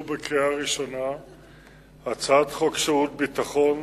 בקריאה ראשונה את הצעת חוק שירות ביטחון